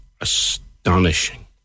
astonishing